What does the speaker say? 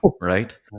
right